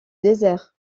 désert